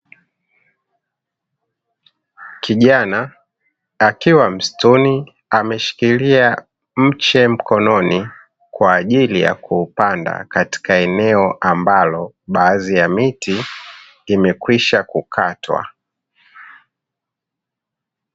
Kijana akiwa msituni ameshikilia mche mkononi kwa ajili ya kuupanda katika eneo ambalo baadhi ya miti imekwisha kukatwa.